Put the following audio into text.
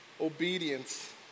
obedience